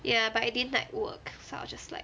ya but it didn't like work so I'll just like